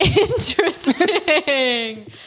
Interesting